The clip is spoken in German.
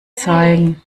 zeigen